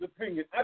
opinion